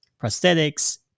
prosthetics